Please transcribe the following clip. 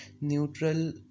neutral